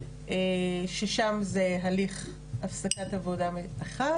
ששם זה הליך הפסקת עבודה אחד,